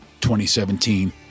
2017